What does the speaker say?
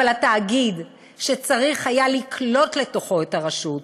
אבל התאגיד שצריך היה לקלוט לתוכו את הרשות,